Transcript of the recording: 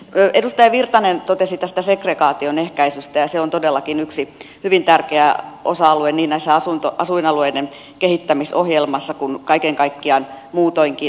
edustaja virtanen totesi tästä segregaation ehkäisystä ja se on todellakin yksi hyvin tärkeä osa alue niin tässä asuinalueiden kehittämisohjelmassa kuin kaiken kaikkiaan muutoinkin